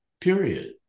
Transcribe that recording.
period